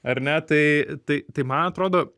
ar ne tai tai tai man atrodo